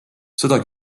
seda